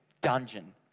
dungeon